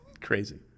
crazy